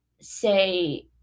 say